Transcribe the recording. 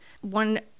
One